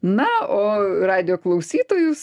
na o radijo klausytojus